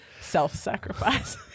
self-sacrifice